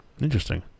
Interesting